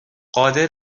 قادر